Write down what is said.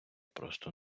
просто